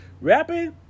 rapping